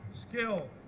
skill